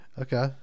Okay